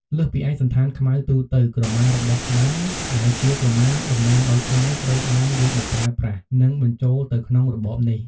លើសពីឯកសណ្ឋានខ្មៅទូទៅ ក្រមារបស់ខ្មែរ ដែលជាក្រមាតំណាងឲ្យខ្មែរ ត្រូវបានយកមកប្រើប្រាស់ និងបញ្ចូលទៅក្នុងរបបនេះ។